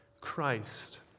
Christ